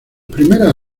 primeras